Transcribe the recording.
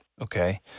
okay